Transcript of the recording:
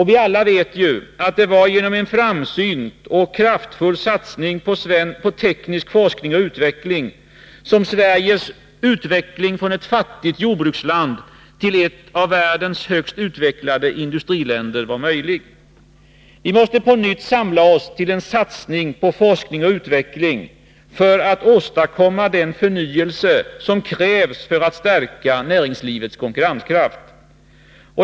Vi vet alla att det var genom en framsynt och kraftfull satsning på teknisk forskning och utveckling som Sveriges framåtskridande från ett fattigt jordbruksland till ett av världens högst utvecklade industriländer var möjligt. Vi måste på nytt samla oss till en satsning på forskning och utveckling, för att åstadkomma den förnyelse som krävs för att stärka näringslivets konkurrenskraft.